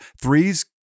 Three's